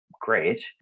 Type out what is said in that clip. great